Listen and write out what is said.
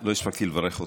לא הספקתי לברך אותך.